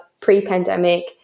pre-pandemic